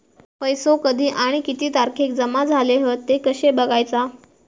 पैसो कधी आणि किती तारखेक जमा झाले हत ते कशे बगायचा?